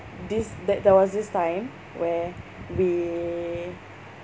this there there was this time where we